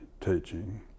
teaching